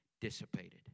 dissipated